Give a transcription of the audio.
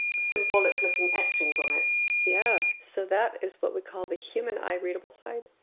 symbolic looking etchings on it yeah so that is what we call the human-eye-readable side